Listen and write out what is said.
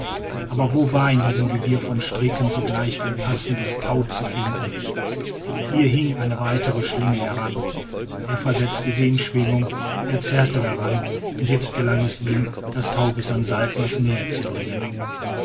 aber wo war in diesem gewirr von stricken sogleich ein passendes tau zu finden hier hing eine weite schlinge herab er versetzte sie in schwingungen er zerrte daran und jetzt gelang es ihm das tau bis in saltners nähe zu bringen